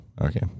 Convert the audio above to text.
Okay